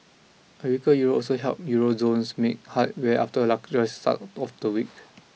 a weaker Euro also helped Euro zones make headway after a lacklustre start off to week